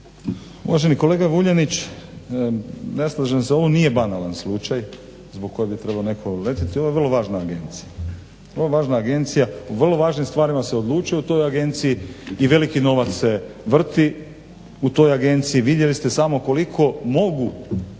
Uvaženi kolega Vuljanić, ne slažem se ovo nije banalan slučaj zbog kojega bi trebao netko letiti. Ovo je vrlo važan agencija. Ovo je važna agencija, o vrlo važnim stvarima se odlučuje u toj agenciji i veliki novac se vrti u toj agenciji. Vidjeli ste samo koliko mogu